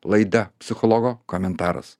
laida psichologo komentaras